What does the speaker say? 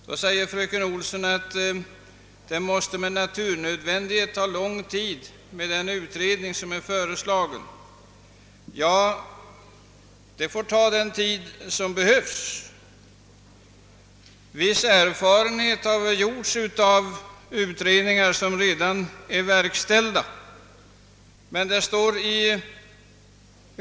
Då säger fröken Olsson, att den utredning som föreslagits med nödvändighet måste ta lång tid. Ja, den får ta den tid som krävs. Viss erfarenhet har vi vunnit av utredningar som redan är verkställda, som kan bidraga till att minska utredningstiden.